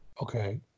Okay